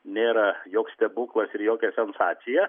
nėra joks stebuklas ir jokia sensacija